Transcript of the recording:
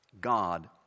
God